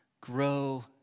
Grow